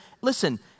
listen